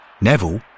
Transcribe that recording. Neville